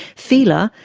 fila,